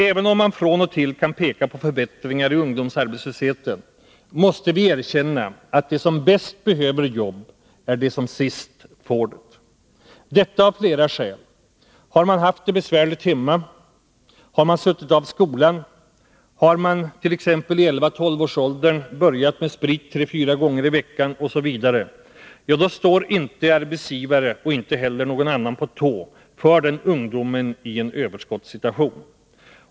Även om vi från och till kan peka på förbättringar när det gäller ungdomsarbetslösheten, måste vi erkänna att de som bäst behöver jobb är de som sist får det. Det finns flera skäl till detta. För de ungdomar som har haft det besvärligt hemma, suttit av skolan, i 11—-12-årsåldern börjat dricka sprit tre fyra gånger per vecka osv. står inte arbetsgivare eller någon annan på tå i en överskottssituation.